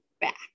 back